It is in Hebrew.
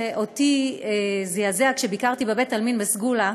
שאותי זעזע כשביקרתי בבית העלמין בסגולה,